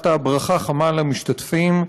שלחת ברכה חמה למשתתפים,